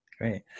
great